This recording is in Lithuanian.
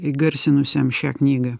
įgarsinusiam šią knygą